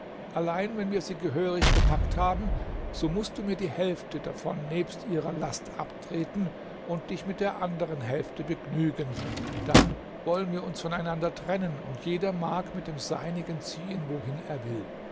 allein wenn wir sie gehörig bepackt haben so mußt du mir die hälfte davon nebst ihrer last abtreten und dich mit der anderen hälfte begnügen dann wollen wir uns voneinander trennen und jeder mag mit dem seinigen ziehen wohin er will